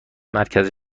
مرکز